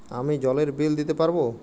আমি জলের বিল দিতে পারবো?